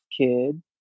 kid